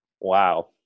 Wow